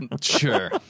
Sure